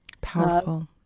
Powerful